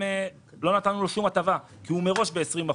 לא נתנו לו שום הטבה כי הוא מראש ב-20%.